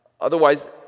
Otherwise